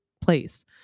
place